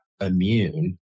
immune